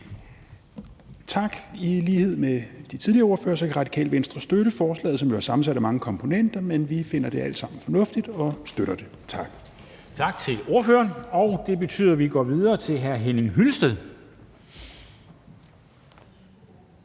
Tak. I lighed med de tidligere ordførere kan Radikale Venstre støtte forslaget, som jo er sammensat af mange komponenter, men vi finder det alt sammen fornuftigt og støtter det. Tak. Kl. 11:14 Formanden (Henrik Dam Kristensen): Tak til ordføreren. Så går vi videre til hr. Henning Hyllested,